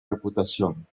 reputación